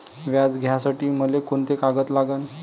व्याज घ्यासाठी मले कोंते कागद लागन?